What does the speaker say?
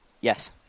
yes